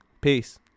Peace